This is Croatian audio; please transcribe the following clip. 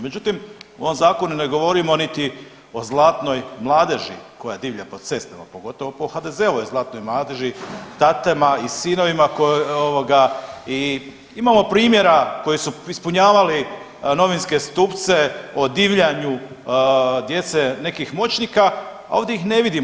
Međutim, o ovom zakonu ne govorimo niti o zlatnoj mladeži koja divlja po cestama pogotovo po HDZ-ovoj zlatnoj mladeži, tatama i sinovima i imamo primjera koji su ispunjavali novinske stupce o divljanju djece nekih moćnika, a ovdje ih ne vidimo.